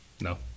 No